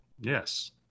Yes